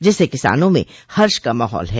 जिससे किसानों में हर्ष का माहौल है